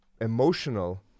emotional